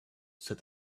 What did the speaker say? said